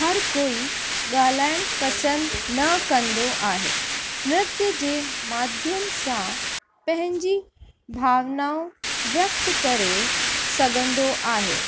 हर कोई ॻाल्हाइणु पसंदि न कंदो आहे नृत्य जे माध्यम सां पंहिंजी भावनाऊं व्यकतु करे सघंदो आहे